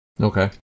Okay